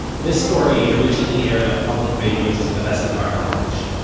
this story originally aired on public radio's to the best of our knowledge.